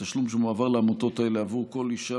התשלום שמועבר לעמותות האלה עבור כל אישה